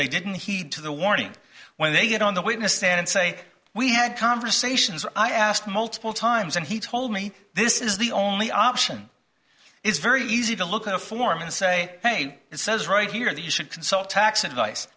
they didn't heed to the warning when they get on the witness stand and say we had conversations i asked multiple times and he told me this is the only option it's very easy to look at a form and say hey it says right here that you should consult tax